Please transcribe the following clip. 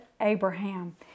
Abraham